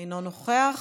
אינו נוכח,